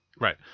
Right